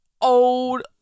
old